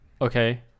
Okay